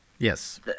Yes